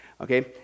Okay